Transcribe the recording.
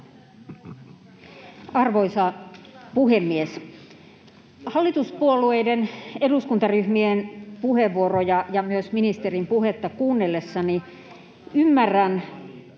Arvoisa puhemies! Hallituspuolueiden eduskuntaryhmien puheenvuoroja ja myös ministerin puhetta kuunnellessani ymmärrän,